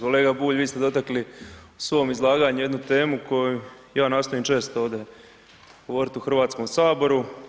Kolega Bulj vi ste dotakli u svom izlaganju jednu temu koju ja nastojim često ovdje govoriti u Hrvatskom saboru.